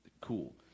Cool